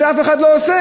את זה אף אחד לא עושה.